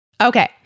Okay